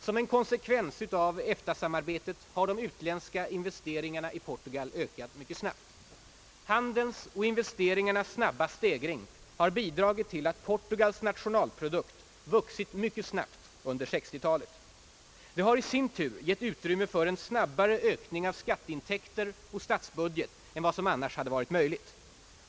Som en konsekvens av EFTA-samarbetet har de utländska investeringarna i Portugal ökat mycket snabbt. Handelns och investeringarnas snabba stegring har bidragit till att Portugals nationalprodukt vuxit mycket snabbt under 1960-talet. Detta har i sin tur givit utrymme för en snabbare ökning av skatteintäkter och statsbudget än vad som annars hade varit möjligt.